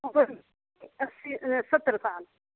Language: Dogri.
ओह् उमर सत्तर साल